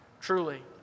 Truly